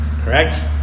correct